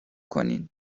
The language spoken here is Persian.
کنین